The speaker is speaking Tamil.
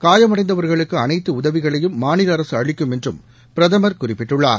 காயமடைந்தவர்களுக்கு அனைத்து உதவிகளையும் மாநில அரசு அளிக்கும் என்றும் பிரதமர் குறிப்பிட்டுள்ளார்